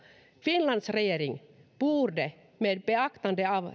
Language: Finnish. finlands regering borde med beaktande av